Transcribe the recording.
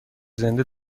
زنده